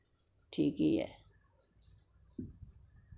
ठीक ही ऐ